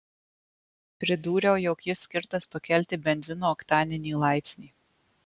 pridūriau jog jis skirtas pakelti benzino oktaninį laipsnį